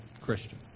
Christian